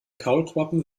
kaulquappen